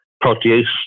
produce